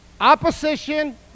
Opposition